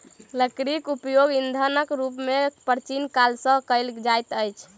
लकड़ीक उपयोग ईंधनक रूप मे प्राचीन काल सॅ कएल जाइत अछि